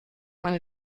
meine